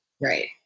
Right